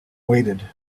waited